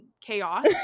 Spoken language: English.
chaos